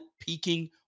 peaking